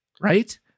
Right